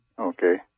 Okay